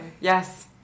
yes